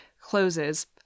closes